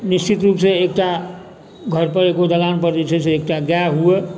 निश्चित रूपसँ एकटा घर पर एगो दालानपर जे छै से एकटा गाए हुए